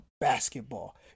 basketball